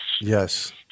Yes